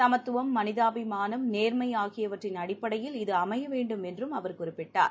சமத்துவம் மனிதாபிமானம் நேர்மைஆகியவற்றின் அடிப்படையில் இது அமையவேண்டும் என்றும் அவர் குறிப்பிட்டார்